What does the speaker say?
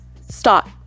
stop